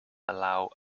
allow